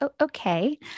okay